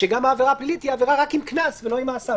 שגם העבירה הפלילית היא עבירה רק עם קנס ולא עם מאסר.